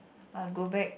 I'll go back